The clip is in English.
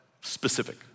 specific